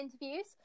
interviews